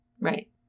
Right